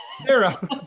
Sarah